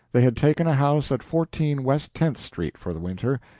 they had taken a house at fourteen west tenth street for the winter,